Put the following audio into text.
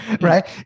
Right